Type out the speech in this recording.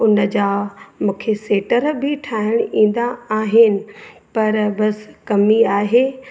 उन जा मूंखे सेटर बि ठाहिणु ईंदा आहिनि पर बसि कमी आहे